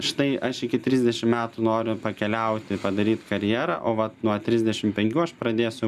štai aš iki trisdešim metų noriu pakeliauti padaryt karjerą o va nuo trisdešim penkių aš pradėsiu